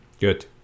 Good